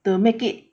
to make it